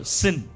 sin